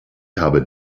habe